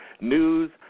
news